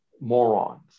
morons